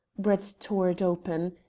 brett tore it open.